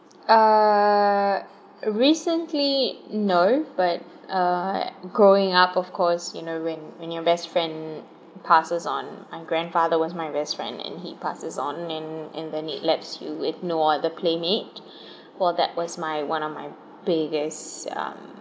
err recently no but uh growing up of course you know when when your best friend passes on my grandfather was my best friend and he passes on and and then it laps you if no other playmate for that was my one of my biggest um